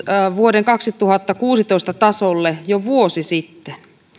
vuoden kaksituhattakuusitoista tasolle jo vuosi sitten